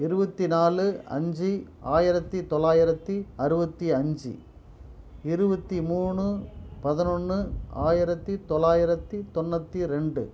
இருபத்தி நாலு அஞ்சு ஆயிரத்து தொள்ளாயிரத்து அறுபத்தி அஞ்சு இருபத்தி மூணு பதினொன்று ஆயிரத்து தொள்ளாயிரத்து தொண்ணூற்றி ரெண்டு